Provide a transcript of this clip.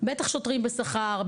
בטח שוטרים בשכר,